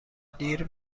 دیر